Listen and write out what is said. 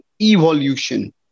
evolution